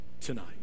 tonight